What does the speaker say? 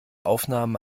aufnahmen